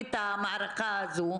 בחזית המערכה הזאת,